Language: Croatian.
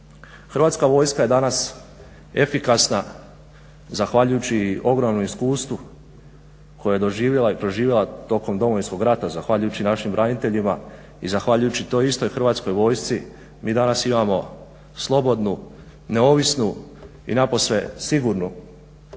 Hrvatska vojska je danas efikasna zahvaljujući ogromnom iskustvu koje je doživjela i proživjela tokom Domovinskog rata zahvaljujući našim braniteljima i zahvaljujući toj istoj Hrvatskoj vojsci mi danas imao slobodnu, neovisnu i napose sigurnu